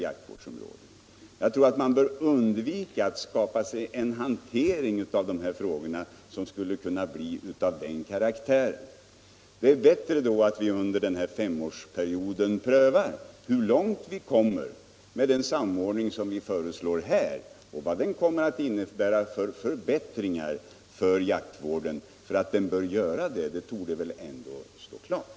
Jag tror att man bör undvika att skapa en sådan hantering av dessa frågor. Det är bättre att under denna femårsperiod pröva hur långt vi kommer med den samordning vi här föreslår och vilka förbättringar den kommer innebära för jaktvården. Att det blir förbättringar torde väl ändå stå klart.